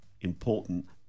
important